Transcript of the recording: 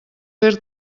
fer